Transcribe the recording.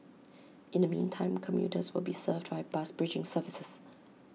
in the meantime commuters will be served by bus bridging services